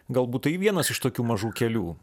galbūt tai vienas iš tokių mažų kelių